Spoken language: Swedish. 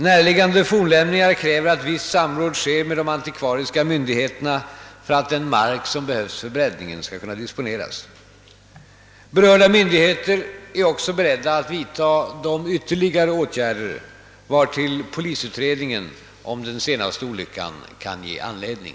Närliggande fornlämningar kräver att visst samråd sker med de antikvariska myndigheterna för att den mark som behövs för breddningen skall kunna disponeras. Berörda myndigheter är också beredda att vidta de ytterligare åtgärder vartill polisutredningen om den senaste olyckan kan ge anledning.